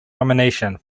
nomination